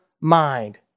mind